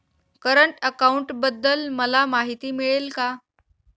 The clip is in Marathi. करंट अकाउंटबद्दल मला माहिती मिळेल का?